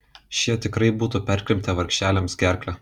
šie tikrai būtų perkrimtę vargšelėms gerklę